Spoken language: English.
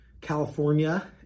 California